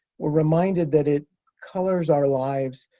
we're reminded that it colors our lives,